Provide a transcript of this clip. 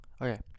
okay